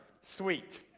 sweet